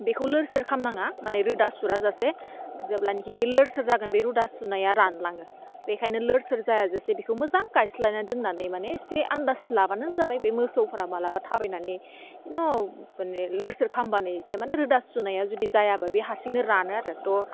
बेखौ लोर सोर खामनाङा माने रोदा सुरा जासे जेब्लानाखि बियो लोर सोर जागोन बे रोदा सुनाया रानलाङो बेखायनो लोर सोल जायाजासे बिखौ मोजां गायस्लायनानै दोन्नानै माने जे आन्दास लाबानो जाबाय बे मोसौफोरा मालाबा थाबायनानै न'फोरनि लोर सोर खामबानो एसे रोदा सुरनाया जायाबा बे हारसिंनो रानो आरो थह